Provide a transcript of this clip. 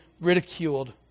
ridiculed